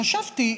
חשבתי,